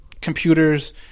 computers